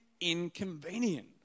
inconvenient